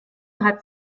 hat